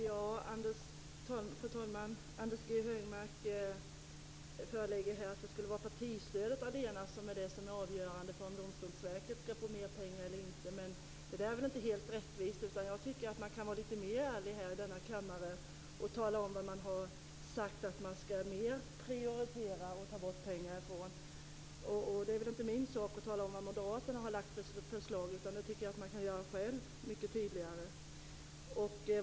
Fru talman! Anders G Högmark påstår här att det skulle vara partistödet allena som är avgörande för om Domstolsverket skall få mer pengar eller inte. Det är inte helt rättvist. Jag tycker att man kan vara lite mer ärlig i denna kammare och tala om vad man har sagt att man skall prioritera mer och ta bort pengar från. Det är inte min sak att tala om vilka förslag Moderaterna har lagt, utan det kan man själv göra mycket tydligare.